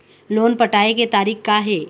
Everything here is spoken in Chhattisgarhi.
लोन पटाए के तारीख़ का हे?